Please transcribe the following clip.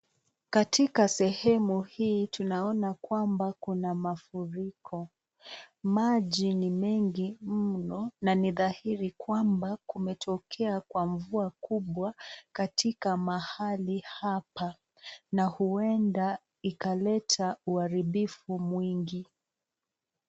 Katika sehemu hii tunaona kwamba kuna mafuriko. Maji ni mengi mno na ni dhahiri kwamba kumetokea kwa mvua kubwa katika mahali hapa, na huenda ikaleta uharibifu mwingi.